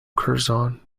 curzon